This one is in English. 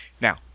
Now